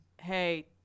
hey